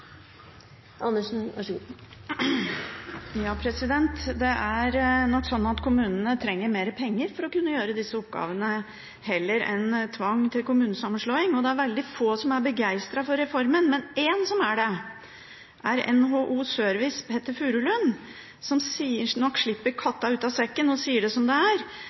nok sånn at kommunene trenger mer penger for å kunne gjøre disse oppgavene – heller enn tvang til kommunesammenslåing. Det er veldig få som er begeistret for reformen, men én som er det, er NHO Service’ Petter Furulund, som nok slipper katta ut av sekken og sier det som det er,